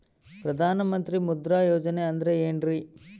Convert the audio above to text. ಪ್ರಧಾನ ಮಂತ್ರಿ ಮುದ್ರಾ ಯೋಜನೆ ಅಂದ್ರೆ ಏನ್ರಿ?